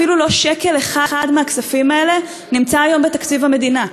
אף לא שקל אחד מהכספים האלה נמצא היום בתקציב המדינה.